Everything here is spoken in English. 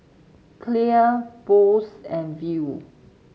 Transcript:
Clear Bose and Viu